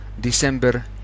December